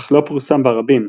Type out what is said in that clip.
אך לא פורסם ברבים,